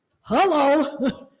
hello